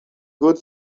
good